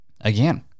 Again